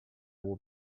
will